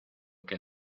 que